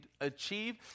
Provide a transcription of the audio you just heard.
achieve